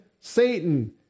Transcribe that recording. Satan